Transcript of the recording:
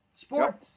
Sports